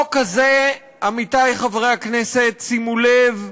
החוק הזה, עמיתי חברי הכנסת, שימו לב,